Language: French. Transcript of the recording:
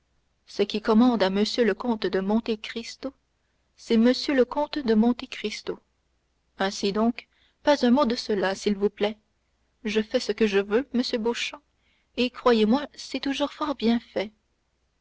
ce qui commande à m le comte de monte cristo c'est m le comte de monte cristo ainsi donc pas un mot de tout cela s'il vous plaît je fais ce que je veux monsieur beauchamp et croyez-moi c'est toujours fort bien fait